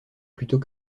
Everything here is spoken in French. plutôt